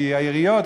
כי העיריות,